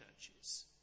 churches